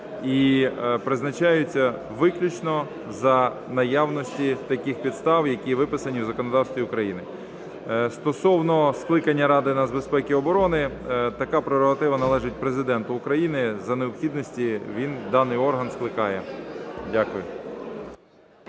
і призначаються виключно за наявності таких підстав, які виписані в законодавстві України. Стосовно скликання Ради нацбезпеки і оборони така прерогатива належить Президенту України. За необхідності він даний орган скликає. Дякую.